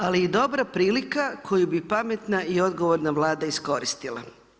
Ali i dobra prilika, koju bi pametna i odgovorna Vlada iskoristila.